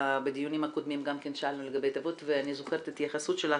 בדיונים הקודמים גם שאלנו לגבי בתי אבות ואני זוכרת את ההתייחסות שלך,